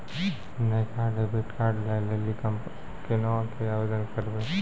नयका डेबिट कार्डो लै लेली केना के आवेदन करबै?